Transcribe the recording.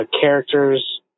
characters